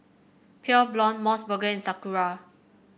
Pure Blonde MOS burger and Sakura